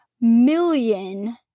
million